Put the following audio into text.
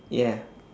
ya